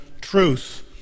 truth